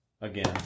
again